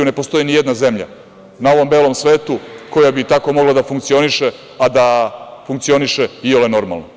Ne postoji ni jedna zemlja na ovom belom svetu koja bi tako mogla da funkcioniše, a da funkcioniše iole normalno.